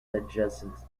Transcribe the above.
adjacent